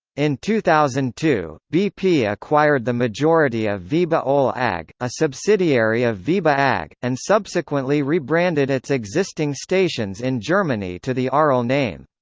in two thousand and two, bp acquired the majority of veba ol ag, a subsidiary of veba ag, and subsequently rebranded its existing stations in germany to the aral name.